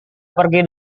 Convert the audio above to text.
pergi